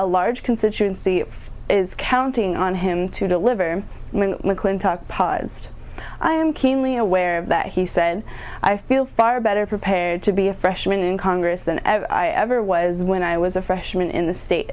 a large constituency is counting on him to deliver mcclintock paused i am keenly aware of that he said i feel far better prepared to be a freshman in congress than i ever was when i was a freshman in the state